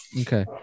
Okay